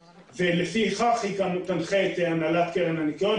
לפי כך היא גם תנחה את הנהלת קרן הניקיון,